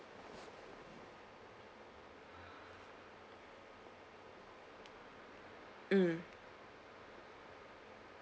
mm